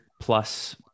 plus